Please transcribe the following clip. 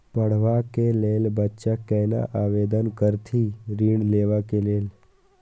पढ़वा कै लैल बच्चा कैना आवेदन करथिन ऋण लेवा के लेल?